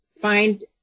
find